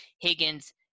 Higgins